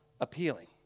appealing